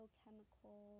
chemical